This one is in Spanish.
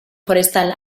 forestal